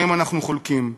גם אם אנחנו חולקים.